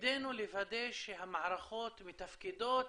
תפקידנו לוודא שהמערכות מתפקדות